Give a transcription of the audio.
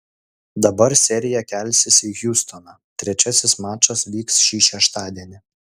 dabar serija kelsis į hjustoną trečiasis mačas vyks šį šeštadienį